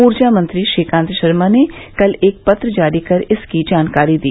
ऊर्जा मंत्री श्रीकांत शर्मा ने कल एक पत्र जारी कर इसकी जानकारी दी